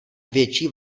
větší